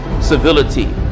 civility